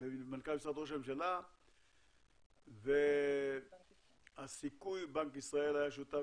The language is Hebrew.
ובנק ישראל גם היה שותף,